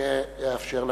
ואאפשר לה,